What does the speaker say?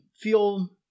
feel